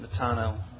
Matano